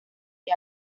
que